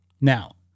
Now